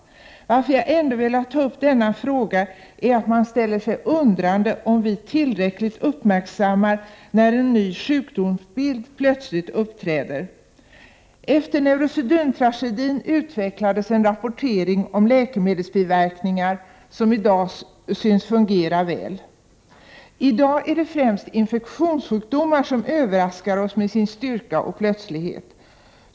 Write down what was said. Orsaken till att jag ändå velat ta upp denna fråga är att man ställer sig undrande inför frågan om vi tillräckligt uppmärksammar när en ny sjukdomsbild plötsligt uppträder. 15 december 1988 verkningar som i dag synes fungera väl. I dag är det främst infektionssjukdo mar som överraskar oss med sin styrka och plötslighet.